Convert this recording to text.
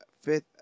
fifth